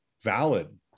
valid